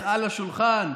על השולחן,